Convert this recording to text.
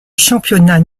championnats